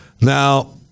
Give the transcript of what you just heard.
Now